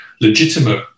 legitimate